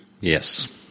Yes